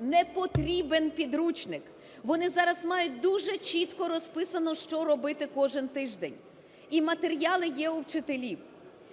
не потрібен підручник. Вони зараз мають дуже чітко розписано, що робити кожен тиждень, і матеріали є у вчителів.